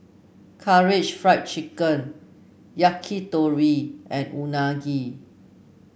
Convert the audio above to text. Karaage Fried Chicken Yakitori and Unagi